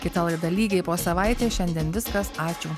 kita laida lygiai po savaitės šiandien viskas ačiū